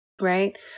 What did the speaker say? right